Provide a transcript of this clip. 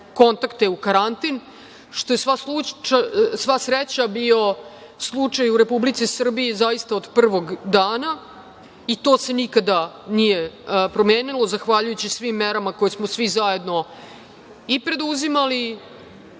kontakte u karantin, što je sva sreća bio slučaj u Republici Srbiji zaista od prvog dana i to se nikad nije promenilo, zahvaljujući svim merama koje smo svi zajedno i preduzimali